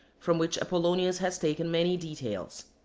from which apollonius has taken many details.